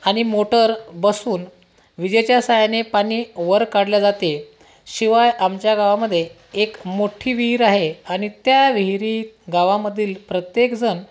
आणि मोटर बसवून विजेच्या सहाय्याने पाणी वर काढले जाते शिवाय आमच्या गावामध्ये एक मोठी विहीर आहे आणि त्या विहिरीत गावामधील प्रत्येकजण